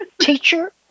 teacher